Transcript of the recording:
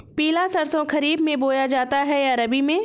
पिला सरसो खरीफ में बोया जाता है या रबी में?